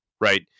right